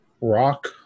rock